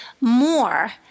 more